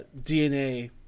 DNA